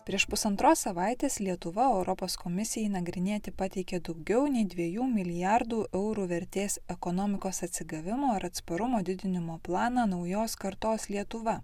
prieš pusantros savaitės lietuva europos komisijai nagrinėti pateikė daugiau nei dviejų milijardų eurų vertės ekonomikos atsigavimo ar atsparumo didinimo planą naujos kartos lietuva